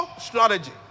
strategy